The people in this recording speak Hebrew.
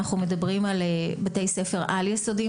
אנחנו מדברים על בתי ספר על יסודיים,